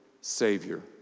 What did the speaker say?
savior